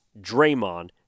Draymond